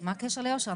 מה הקשר ליושר?